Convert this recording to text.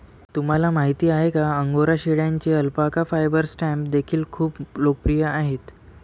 तुम्हाला माहिती आहे का अंगोरा शेळ्यांचे अल्पाका फायबर स्टॅम्प देखील खूप लोकप्रिय आहेत